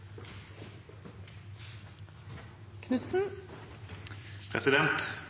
Knutsen